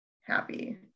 happy